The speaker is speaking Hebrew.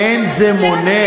אין זה מונע,